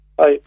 Hi